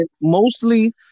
mostly